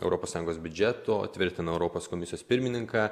europos sąjungos biudžeto tvirtina europos komisijos pirmininką